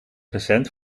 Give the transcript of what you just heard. recent